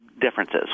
differences